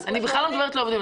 אני בכלל לא מדברת על העובדים.